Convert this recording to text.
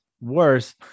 worse